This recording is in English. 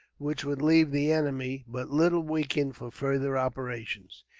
which would leave the enemy but little weakened for further operations.